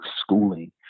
schooling